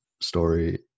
story